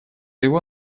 его